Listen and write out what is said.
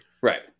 Right